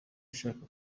ashaka